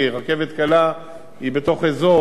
רכבת קלה היא בתוך אזור,